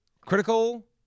Critical